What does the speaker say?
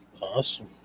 Awesome